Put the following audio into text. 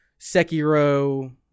Sekiro